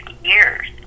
years